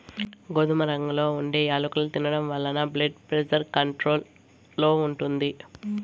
గోధుమ రంగులో ఉండే యాలుకలు తినడం వలన బ్లెడ్ ప్రెజర్ కంట్రోల్ లో ఉంటుంది